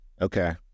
Okay